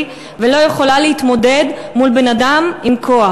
ולא יכולה להתמודד מול בן-אדם עם כוח.